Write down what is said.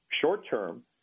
short-term